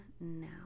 now